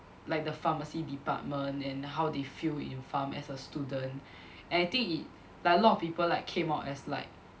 like the pharmacy department and how they feel in pharm as a student and I think it like a lot of people like came out as like